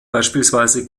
beispielsweise